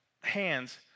hands